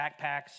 backpacks